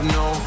no